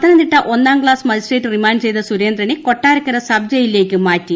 പത്തനംതിട്ട ഒന്നാം class magistrate remand ചെയ്ത സുരേന്ദ്രനെ കൊട്ടാരക്കര സബ് ജയിലിലേയ്ക്ക് മാറ്റി